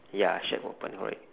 ya shack open correct